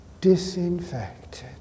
disinfected